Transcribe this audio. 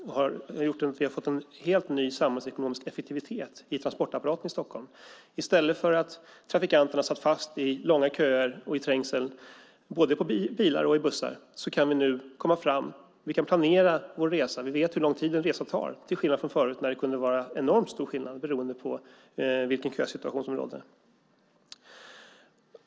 Det har gjort att vi har fått en helt ny samhällsekonomisk effektivitet i transportapparaten i Stockholm. I stället för att trafikanterna satt fast i långa köer och i trängsel, både i bilar och i bussar, kan vi nu komma fram. Vi kan planera vår resa. Vi vet hur lång tid en resa tar, till skillnad från förut när det kunde vara enormt stor skillnad beroende på vilken kösituation som rådde.